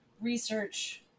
research